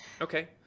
Okay